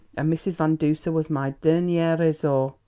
and mrs. van duser was my dernier resort.